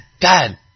dad